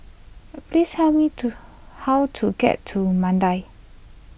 please hell me to how to get to Mandai